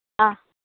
ಹಾಂ